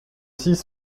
six